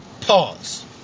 Pause